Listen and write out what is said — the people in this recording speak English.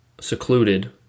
secluded